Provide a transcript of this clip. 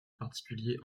particulier